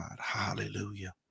hallelujah